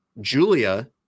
Julia